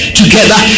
together